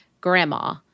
Grandma